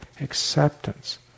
acceptance